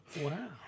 Wow